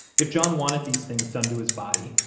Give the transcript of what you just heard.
if john wanted these things done to his body,